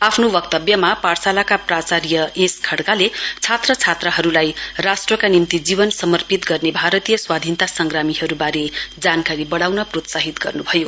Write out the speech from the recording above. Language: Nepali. आफ्नो वक्तव्यमा पाठशालाको प्राचार्य एस खड़काले छात्र छात्रहरुलाई राष्ट्रका निम्ति जीवन समर्पित गर्ने भारतीय स्वाधीनता संग्रामीहरुवारे जानकारी बढ़ाउन प्रोत्साहित गर्नुभयो